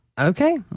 okay